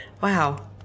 wow